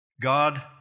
God